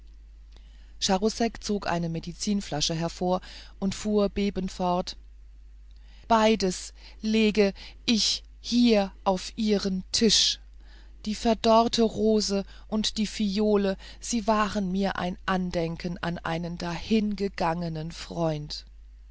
zog eine medizinflasche hervor und fuhr bebend fort beides lege ich hier auf ihren tisch die verdorrte rose und die phiole sie waren mir ein andenken an meinen dahingegangenen freund